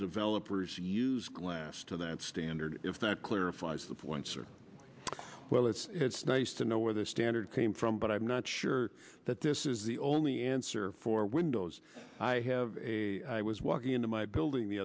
developers use glass to that standard if that clarifies the points or well it's it's nice to know where the standard came from but i'm not sure that this is the only answer for windows i have a i was walking into my building the